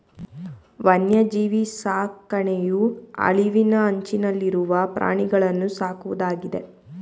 ವನ್ಯಜೀವಿ ಸಾಕಣೆಯು ಅಳಿವಿನ ಅಂಚನಲ್ಲಿರುವ ಪ್ರಾಣಿಗಳನ್ನೂ ಸಾಕುವುದಾಗಿದೆ